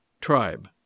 tribe